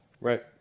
Right